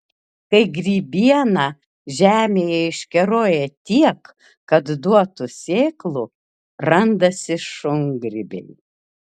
kai grybiena žemėje iškeroja tiek kad duotų sėklų randasi šungrybiai